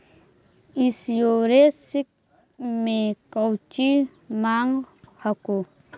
Insurance मे कौची माँग हको?